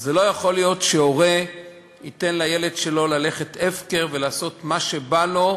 זו השלמה לחוק הקודם,